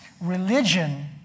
Religion